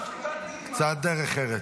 קצת דרך ארץ.